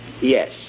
Yes